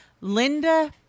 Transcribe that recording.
Linda